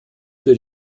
für